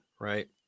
Right